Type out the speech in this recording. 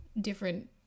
different